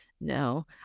no